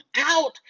out